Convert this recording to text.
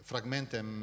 Fragmentem